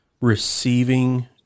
receiving